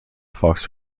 fox